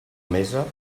mesa